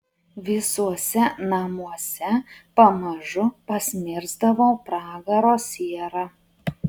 visuose namuose pamažu pasmirsdavo pragaro siera